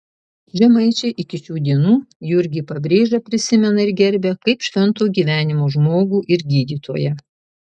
žemaičiai iki šių dienų jurgį pabrėžą prisimena ir gerbia kaip švento gyvenimo žmogų ir gydytoją